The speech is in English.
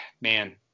man